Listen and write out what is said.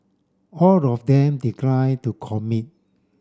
all of them declined to commit